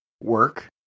work